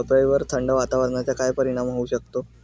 पपईवर थंड वातावरणाचा काय परिणाम होऊ शकतो?